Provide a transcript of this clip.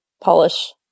polish